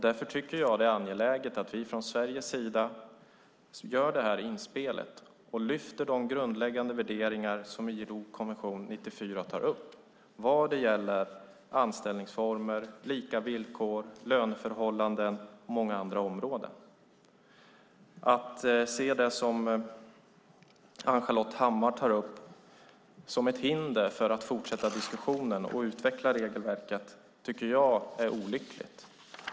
Därför tycker jag att det är angeläget att vi från Sveriges sida gör detta inspel och lyfter fram de grundläggande värderingar som ILO:s konvention 94 tar upp vad gäller anställningsformer, lika villkor, löneförhållanden och många andra områden. Att se det, som Ann-Charlotte Hammar Johnsson tar upp, som ett hinder för att fortsätta diskussionen och utveckla regelverket tycker jag är olyckligt.